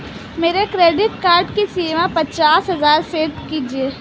मेरे credit card की सीमा पचास हजार सेट कीजिए